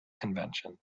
convention